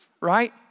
right